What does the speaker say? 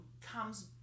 comes